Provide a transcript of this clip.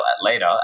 later